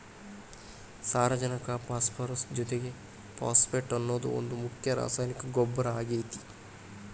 ಸಾರಜನಕ ಪಾಸ್ಪರಸ್ ಜೊತಿಗೆ ಫಾಸ್ಫೇಟ್ ಅನ್ನೋದು ಒಂದ್ ಮುಖ್ಯ ರಾಸಾಯನಿಕ ಗೊಬ್ಬರ ಆಗೇತಿ